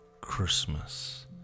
Christmas